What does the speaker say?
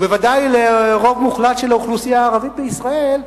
ובוודאי לרוב מוחלט של האוכלוסייה הערבית בישראל,